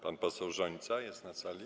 Pan poseł Rzońca jest na sali?